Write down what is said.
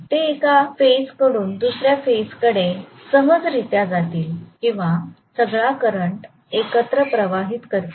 ते एका फेज कडून दुसऱ्या फेज कडे सहजरीत्या जातील किंवा सगळा करंट एकत्र प्रवाहित करतील